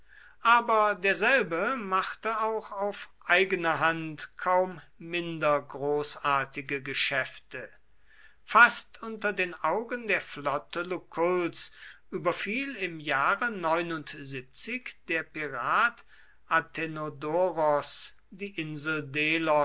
aber derselbe machte auch auf eigene hand kaum minder großartige geschäfte fast unter den augen der flotte luculls überfiel im jahre der pirat athenodoros die insel delos